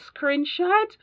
screenshot